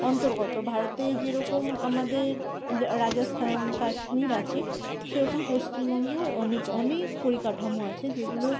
অন্তর্গত ভারতে যেরকম আমাদের রাজস্থান কাশ্মীর আছে সেরকম পশ্চিমবঙ্গেও অনেক অনেক পরিকাঠামো আছে যেগুলো